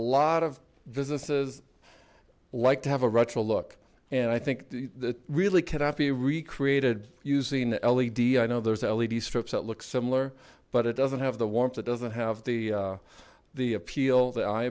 lot of businesses like to have a retro look and i think that really cannot be recreated using the l e d i know there's at least strips that look similar but it doesn't have the warmth it doesn't have the the appeal that i